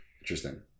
Interesting